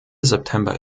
september